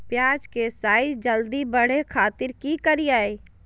प्याज के साइज जल्दी बड़े खातिर की करियय?